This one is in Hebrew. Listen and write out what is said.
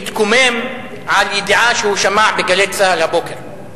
מתקומם על ידיעה שהוא שמע ב"גלי צה"ל" הבוקר.